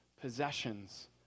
possessions